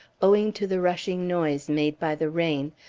owing to the rushing noise made by the rain,